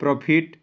profit